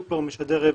הנושא שעל סדר יומנו: